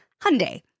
Hyundai